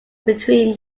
between